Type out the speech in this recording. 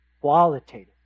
qualitative